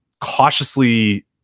cautiously